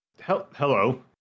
hello